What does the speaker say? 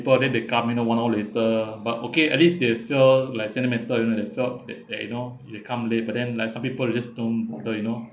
then they come you know one hour later but okay at least they feel like sentimental you know they felt that that you know they come late but then like some people they just don't bother you know